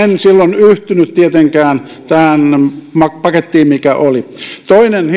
en silloin yhtynyt tietenkään tähän pakettiin mikä oli toinen